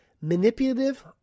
manipulative